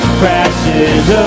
crashes